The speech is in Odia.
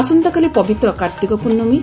ଆସନ୍ତାକାଲି ପବିତ୍ର କାର୍ତ୍ତିକ ପ୍ରର୍ଶ୍ଡମୀ